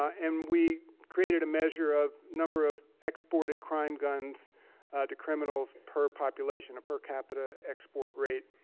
ah and we created a measure of number of exported crime guns to criminals per population, a per capita export rate.